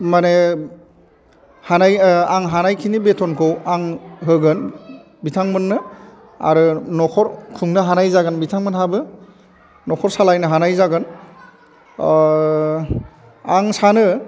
माने हानाय आं हानायखिनि बेथ'नखौ आं होगोन बिथांमोननो आरो न'खर खुंनो हानाय जागोन बिथांमोनहाबो न'खर सालायनो हानाय जागोन आं सानो